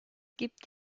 gibt